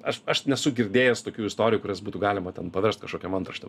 aš aš nesu girdėjęs tokių istorijų kurias būtų galima ten paverst kažkokiom antraštėm